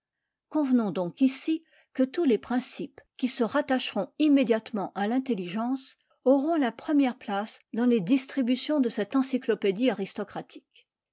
convenons donc ici que tous les principes qui se rattacheront immédiatement à l'intelligence auront la première place dans les distributions de cette encyclopédie aristocratique